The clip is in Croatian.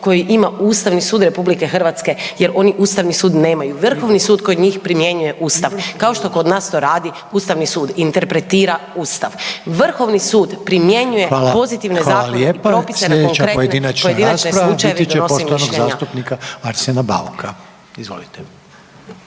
koju ima Ustavni sud Republike Hrvatske, jer oni Ustavni sud nemaju. Vrhovni sud kod njih primjenjuje Ustav, kao što kod nas to radi Ustavni sud. Interpretira Ustav. Vrhovni sud primjenjuje pozitivne zakone i propise…/Upadica Željko Reiner: Hvala./